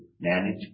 manage